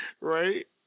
Right